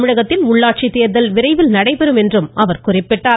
தமிழகத்தில் உள்ளாட்சித்தேர்தல் விரைவில் நடைபெறும் என்றும் அவர் குறிப்பிட்டார்